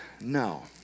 no